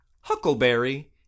Huckleberry